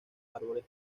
árboles